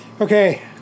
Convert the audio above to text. Okay